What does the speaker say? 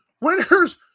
Winners